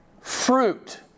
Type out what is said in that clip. Fruit